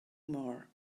more